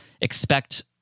expect